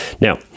Now